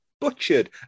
butchered